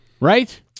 right